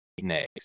next